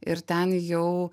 ir ten jau